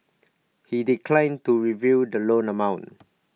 he declined to reveal the loan amount